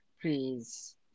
please